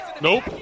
Nope